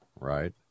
Right